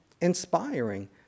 inspiring